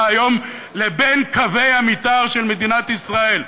היום לבין קווי המתאר של מדינת ישראל,